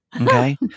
okay